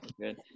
good